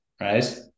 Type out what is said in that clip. right